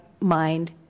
mind